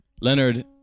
Leonard